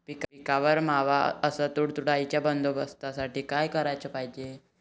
पिकावरील मावा अस तुडतुड्याइच्या बंदोबस्तासाठी का कराच पायजे?